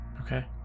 Okay